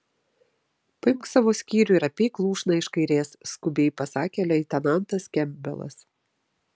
paimk savo skyrių ir apeik lūšną iš kairės skubiai pasakė leitenantas kempbelas